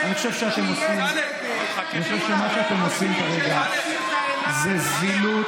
אני חושב שמה שאתם עושים כרגע זה זילות,